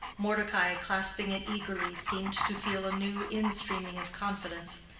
mordecai, clasping it eagerly, seemed to feel a new instreaming of confidence,